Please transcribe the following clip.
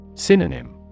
Synonym